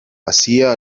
hacía